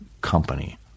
company